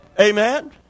Amen